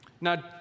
Now